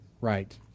right